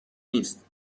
نیست